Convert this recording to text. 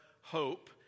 Hope